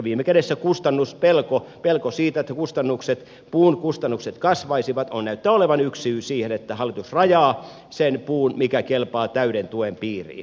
viime kädessä kustannuspelko pelko siitä että puun kustannukset kasvaisivat näyttää olevan yksi syy siihen että hallitus rajaa sen puun mikä kelpaa täyden tuen piiriin